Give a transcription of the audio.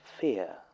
fear